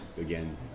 again